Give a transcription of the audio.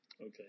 Okay